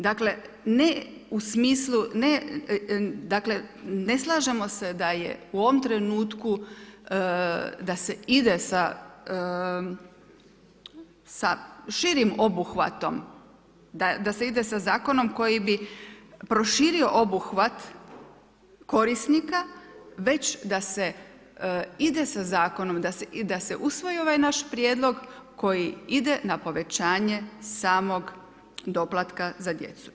Dakle ne u smislu dakle ne slažemo se da je u ovom trenutku da se ide sa širim obuhvatom da se ide sa zakonom koji bi proširio obuhvat korisnika, već da se ide sa zakonom i da se usvoji ovaj naš prijedlog koji ide na povećanje samog doplatka za djecu.